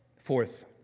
Fourth